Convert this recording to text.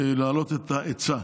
להגדיל את ההיצע,